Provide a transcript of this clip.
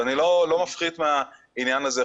ואני לא מפחית מהעניין הזה,